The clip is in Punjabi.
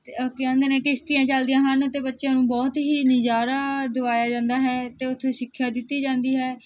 ਅਤੇ ਕਹਿੰਦੇ ਨੇ ਕਿਸ਼ਤੀਆਂ ਚੱਲਦੀਆਂ ਹਨ ਅਤੇ ਬੱਚਿਆਂ ਨੂੰ ਬਹੁਤ ਹੀ ਨਜ਼ਾਰਾ ਦਵਾਇਆ ਜਾਂਦਾ ਹੈ ਅਤੇ ਉੱਥੇ ਸਿੱਖਿਆ ਦਿੱਤੀ ਜਾਂਦੀ ਹੈ